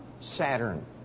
Saturn